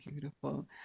beautiful